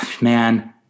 Man